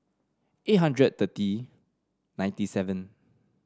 eight hundred thirty ninety seven